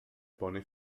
pone